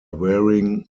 wearing